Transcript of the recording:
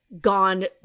gone